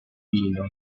vino